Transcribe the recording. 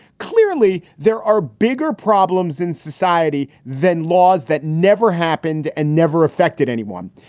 clearly, there are bigger problems in society than laws that never happened and never affected anyone.